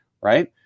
right